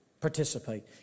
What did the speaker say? participate